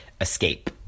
escape